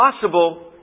possible